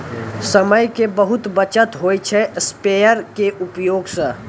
समय के बहुत बचत होय छै स्प्रेयर के उपयोग स